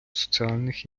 соціальних